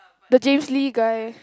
the James-Lee guy